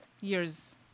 years